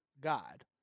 God